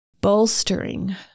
bolstering